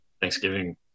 Thanksgiving